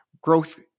growth